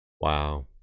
Wow